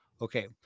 Okay